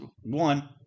one